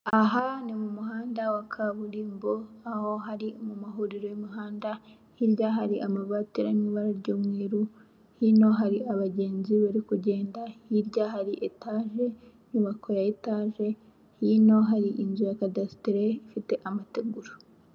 Aha ni mu muhanda wa kaburimbo aho hari mu mahuriro y'umuhanda, hirya hari amabaie ari mu ibara ry'umweru, hino hari abagenzi bari kugenda hirya hari etaje inyubako ya etaje hino hari inzu ya kadasitere ifite amategura.